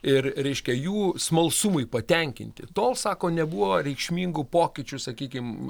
ir reiškia jų smalsumui patenkinti tol sako nebuvo reikšmingų pokyčių sakykim